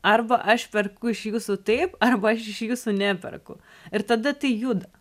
arba aš perku iš jūsų taip arba aš iš jūsų neperku ir tada tai juda